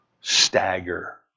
stagger